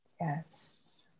Yes